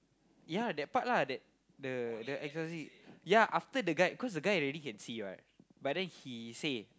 ya that part lah that the the exorcist ya after the guy cause the guy already can see what but then he say